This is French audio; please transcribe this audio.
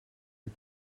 les